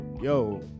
yo